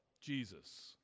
Jesus